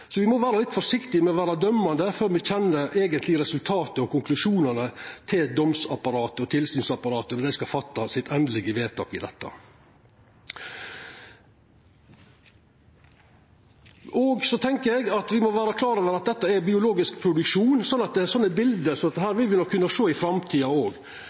Så me må vera litt forsiktige med å vera dømmande før me kjenner det eigentlege resultatet og konklusjonane til domsapparatet og tilsynsapparatet – før dei fattar sitt endelege vedtak. Me må vera klare over at dette er biologisk produksjon, så slike bilde som dette vil me kunna sjå i framtida